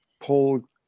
pull